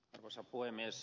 arvoisa puhemies